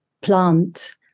plant